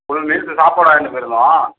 full meals சாப்பாடு வாங்கிட்டு போய்ருந்தோம்